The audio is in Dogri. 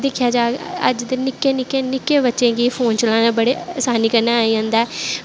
दिक्खेआ जाह्ग अज्ज दे निक्के निक्के निक्के बच्चें गी फोन चलाना बड़े असानी कन्नै आई जंदा ऐ